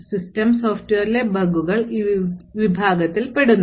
system സോഫ്റ്റ്വെയറിലെ ബഗുകൾ ഈ വിഭാഗത്തിൽ പെടുന്നു